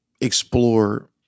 explore